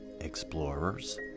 explorers